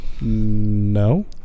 no